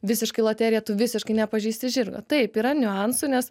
visiškai loterija tu visiškai nepažįsti žirgo taip yra niuansų nes